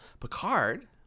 Picard